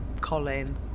Colin